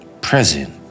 present